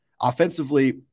Offensively